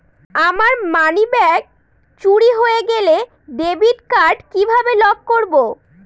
আমার মানিব্যাগ চুরি হয়ে গেলে ডেবিট কার্ড কিভাবে লক করব?